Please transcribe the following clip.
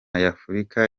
nyafurika